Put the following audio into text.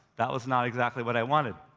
that was not exactly what i wanted.